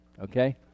Okay